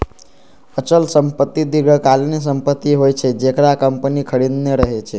अचल संपत्ति दीर्घकालीन संपत्ति होइ छै, जेकरा कंपनी खरीदने रहै छै